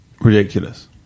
ridiculous